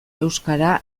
euskara